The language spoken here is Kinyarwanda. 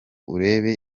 urebe